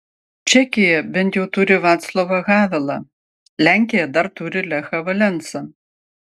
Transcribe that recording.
čekija bent jau turi vaclovą havelą lenkija dar turi lechą valensą